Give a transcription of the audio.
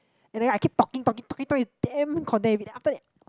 and then I keep talking talking talking talking damn content heavy then after that